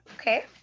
Okay